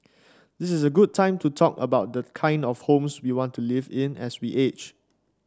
this is a good time to talk about the kind of homes we want to live in as we age